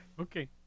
Okay